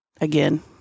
again